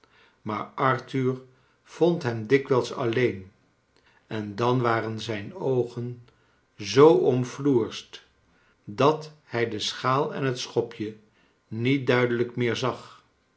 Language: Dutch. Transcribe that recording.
maar arthur vond hem dikwijls alleen en dan waren zijn oogen zoo omfloersd dat hij de schaal en het schopje niet duidelijk meer zag